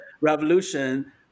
revolution